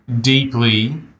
deeply